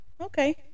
Okay